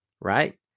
right